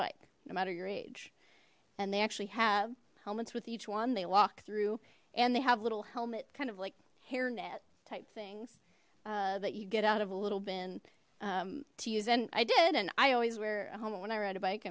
bike no matter your age and they actually have helmets with each one they walk through and they have little helmet kind of like hair net type things that you get out of a little bin to use then i did and i always wear a helmet when i ride a bike